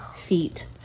feet